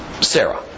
Sarah